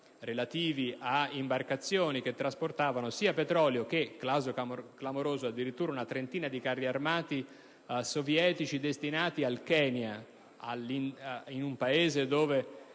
contro imbarcazioni che trasportavano sia petrolio che - caso clamoroso - addirittura una trentina di carri armati sovietici destinati al Kenya, dove